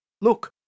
Look